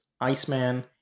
Iceman